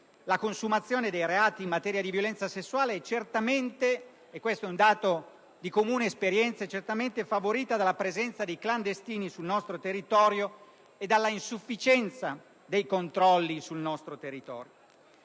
la consumazione dei reati in materia di violenza sessuale è certamente - questo è un dato di comune esperienza - favorita dalla presenza dei clandestini e dalla insufficienza dei controlli sul nostro territorio.